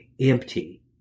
empty